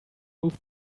move